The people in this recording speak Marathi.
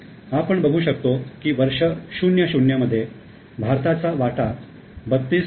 आपण बघू शकतो की वर्ष 00 मध्ये भारताचा वाटा 32